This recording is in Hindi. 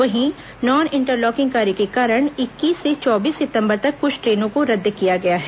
वहीं नॉन इंटर लॉकिंग कार्य के कारण इक्कीस से चौबीस सितंबर तक कुछ ट्रेनों को रद्द किया गया है